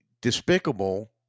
despicable